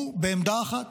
הוא בעמדה אחת.